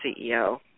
CEO